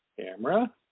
Camera